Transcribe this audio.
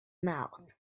mouth